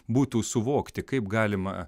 būtų suvokti kaip galima